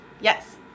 Yes